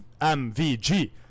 mvg